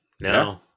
No